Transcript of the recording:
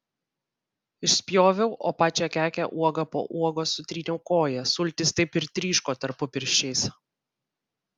išspjoviau o pačią kekę uoga po uogos sutryniau koja sultys taip ir tryško tarpupirščiais